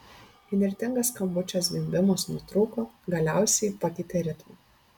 įnirtingas skambučio zvimbimas nutrūko galiausiai pakeitė ritmą